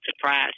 surprise